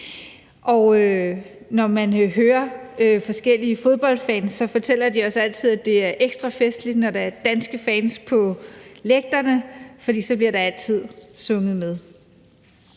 og når man hører forskellige fodboldfans, fortæller de også altid, at det er ekstra festligt, når der er danske fans på lægterne, fordi der så altid bliver sunget med.